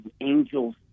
angels